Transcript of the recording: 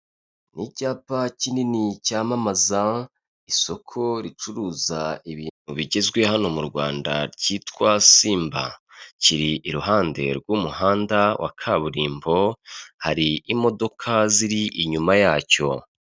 Ni icyapa kinini cyamamaza isoko ricuruza ibintu bigezwe hano mu Rwanda cyitwa simba kiri iruhande rw'umuhanda wa kaburimbo, hari imodoka ziri inyuma yacyo.